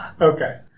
Okay